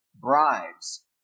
bribes